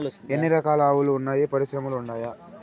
ఎన్ని రకాలు ఆవులు వున్నాయి పరిశ్రమలు ఉండాయా?